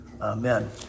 Amen